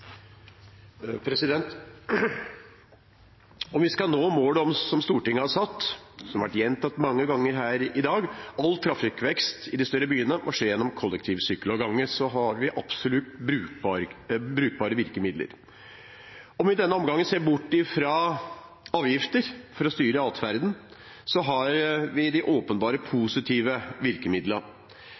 Om vi skal nå målet som Stortinget har satt, og som har vært gjentatt mange ganger her i dag, om at all trafikkvekst i de større byene må skje gjennom kollektiv, sykkel og gange, har vi absolutt brukbare virkemidler. Om vi i denne omgangen ser bort fra avgifter for å styre atferden, har vi de åpenbart positive